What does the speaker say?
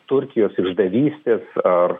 turkijos išdavystės ar